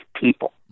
people